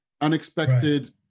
Unexpected